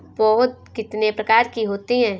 पौध कितने प्रकार की होती हैं?